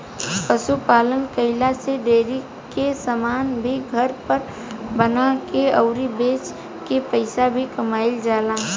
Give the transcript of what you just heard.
पशु पालन कईला से डेरी के समान भी घर पर बना के अउरी बेच के पईसा भी कमाईल जाला